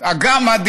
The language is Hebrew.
במדינת הגמדים.